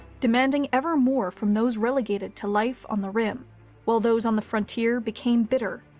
demanding ever more from those relegated to life on the rim while those on the frontier became bitter,